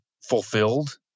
fulfilled